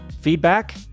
feedback